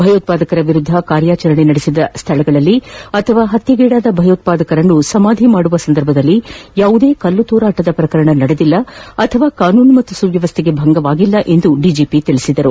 ಭಯೋತ್ವಾದಕರ ವಿರುದ್ದ ಕಾರ್ಯಾಚರಣೆ ನಡೆಸಿದ ಸ್ನಳದಲ್ಲಿ ಅಥವಾ ಹತ್ಲೆಗೀಡಾದ ಭಯೋತ್ವಾದಕರನ್ನು ಸಮಾಧಿ ಮಾಡುವ ಸಂದರ್ಭದಲ್ಲಿ ಯಾವುದೇ ಕಲ್ಲು ತೂರಾಟದ ಘಟನೆ ನಡೆದಿಲ್ಲ ಅಥವಾ ಕಾನೂನು ಮತ್ತು ಸುವ್ವವಸ್ಸೆಗೆ ಭಂಗವಾಗಿಲ್ಲ ಎಂದು ಡಿಜೆಪಿ ತಿಳಿಸಿದರು